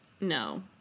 No